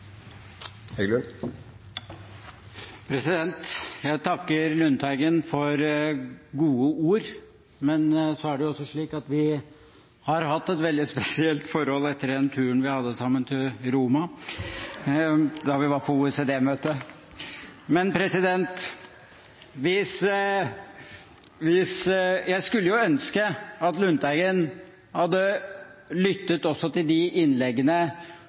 det også slik at vi har hatt et veldig spesielt forhold etter den turen vi hadde sammen til Roma, da vi var på OECD-møte. Men jeg skulle jo ønske at Lundteigen hadde lyttet også til de innleggene